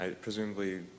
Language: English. presumably